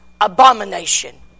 abomination